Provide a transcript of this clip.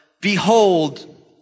Behold